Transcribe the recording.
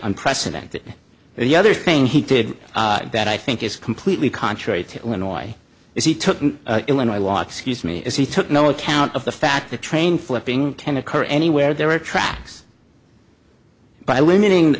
unprecedented and the other thing he did that i think is completely contrary to illinois is he took illinois law excuse me is he took no account of the fact the train flipping ten occur anywhere there are tracks by limiting